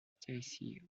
stacy